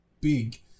big